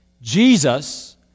Jesus